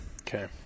Okay